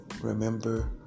remember